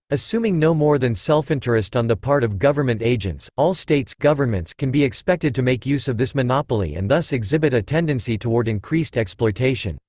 assuming no more than selfinterest on the part of government agents, all states can be expected to make use of this monopoly and thus exhibit a tendency toward increased exploitation.